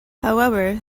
however